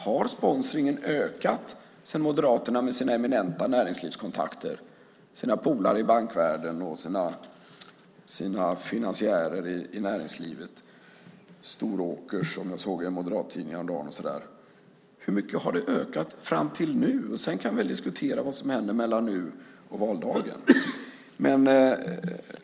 Har sponsringen ökat sedan Moderaterna fick makten, Moderaterna med sina eminenta näringslivskontakter, sina polare i bankvärlden och sina finansiärer i näringslivet - Storåkers, som jag såg i en moderattidning häromdagen? Hur mycket har det ökat fram till nu? Sedan kan vi diskutera vad som händer mellan nu och valdagen.